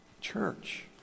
Church